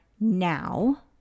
now